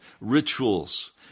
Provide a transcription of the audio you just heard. rituals